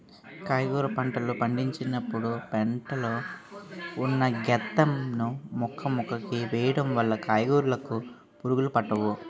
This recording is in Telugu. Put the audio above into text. కాయగుర పంటలు పండించినపుడు పెంట లో ఉన్న గెత్తం ను మొక్కమొక్కకి వేయడం వల్ల కూరకాయలుకి పురుగులు పట్టవు